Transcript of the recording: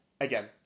Again